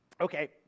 Okay